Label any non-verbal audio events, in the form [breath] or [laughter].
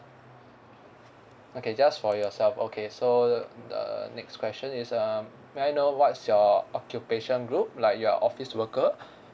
okay just for yourself okay so err next question is uh may I know what's your occupation group like you are office worker [breath]